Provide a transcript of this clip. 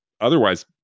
otherwise